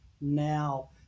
now